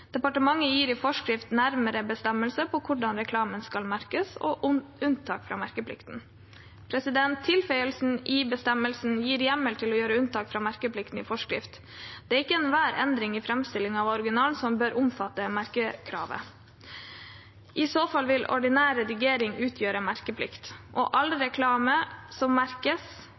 Departementet gir i forskrift nærmere bestemmelse om hvordan reklamen skal merkes, og om unntak fra merkeplikten. Tilføyelsen i bestemmelsen gir hjemmel til å gjøre unntak fra merkeplikten i forskrift. Det er ikke enhver endring i framstillingen av en original som bør omfattes av merkekravet. I så fall vil ordinær redigering utgjøre en merkeplikt. Om all reklame merkes, vil budskapet som